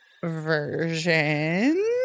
version